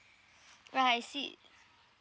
right I see